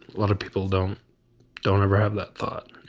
lot of people don't don't ever have that thought,